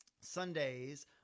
Sundays